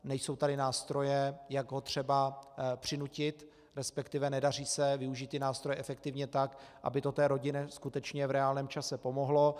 Nejsou tady nástroje, jak ho třeba přinutit, resp. nedaří se využít ty nástroje efektivně tak, aby to té rodině skutečně v reálném čase pomohlo.